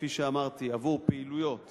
כפי שאמרתי עבור פעילויות